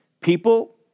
people